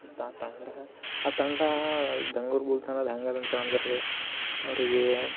ಆ ತಂಡ ಆ ತಂಡ ಬೆಂಗ್ಳೂರು ಬುಲ್ಸ್ ಅನ್ನೋದ್ ಹೆಂಗದಂತೇಳಿ ಅಂದ್ರೆ ರೀ ಅವರಿಗೇ